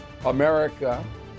America